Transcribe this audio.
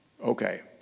Okay